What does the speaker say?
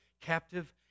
captive